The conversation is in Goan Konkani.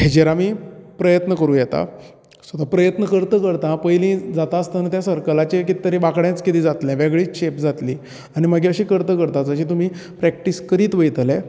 हेजेर आमी प्रयत्न करू येता सो प्रयत्न करता करता पयली जाता आसतना तें सर्कलाचे कितें तरी वाकडेंच कितें जातले वेगळीच शेप जातली आनी मागीर अशें करता करता जशे तुमी प्रेक्टीस करीत वयतले